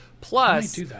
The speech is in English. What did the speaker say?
Plus